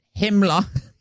Himmler